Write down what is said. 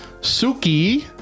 Suki